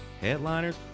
headliners